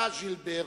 אתה, ז'ילבר,